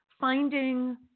finding